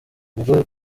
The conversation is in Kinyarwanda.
ubwo